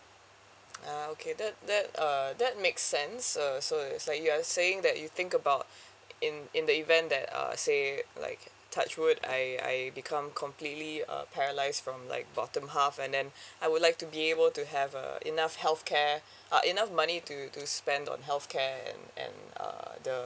ah okay that that err that make sense uh so it's like you're saying that you think about in in the event that uh say like touch wood I I become completely uh paralyzed from like bottom half and then I would like to be able to have uh enough healthcare uh enough money to to spend on healthcare and and uh the